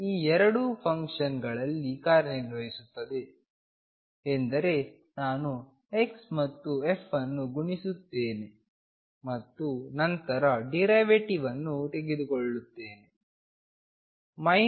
ಈ ಎರಡೂ ಫಂಕ್ಷನ್ನಲ್ಲಿ ಕಾರ್ಯನಿರ್ವಹಿಸುತ್ತದೆ ಎಂದರೆ ನಾನು x ಮತ್ತು f ಅನ್ನು ಗುಣಿಸುತ್ತೇನೆ ಮತ್ತು ನಂತರ ಡಿರೈವೆಟಿವ್ ಅನ್ನು ತೆಗೆದುಕೊಳ್ಳುತ್ತೇನೆ xddx